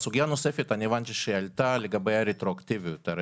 סוגיה נוספת הבנתי שעלתה לגבי הרטרואקטיביות.